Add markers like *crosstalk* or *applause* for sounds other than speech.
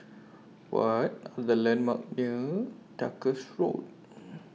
What Are The landmarks near Duchess Road *noise*